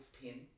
pin